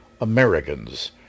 Americans